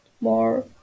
more